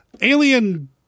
alien